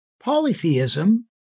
Polytheism